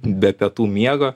be pietų miego